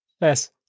yes